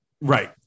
Right